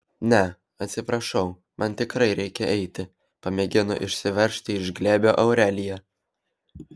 ne atsiprašau man tikrai reikia eiti pamėgino išsiveržti iš glėbio aurelija